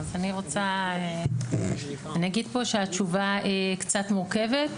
אז אני רוצה, אני אגיד פה שהתשובה קצת מורכבת.